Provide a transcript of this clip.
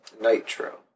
nitro